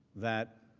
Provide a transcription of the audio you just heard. that